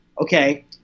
okay